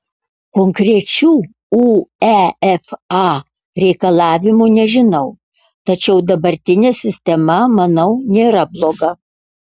konkrečių uefa reikalavimų nežinau tačiau dabartinė sistema manau nėra bloga